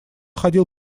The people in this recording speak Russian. ходил